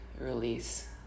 release